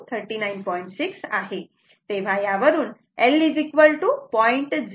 6 आहे तेव्हा यावरून L 0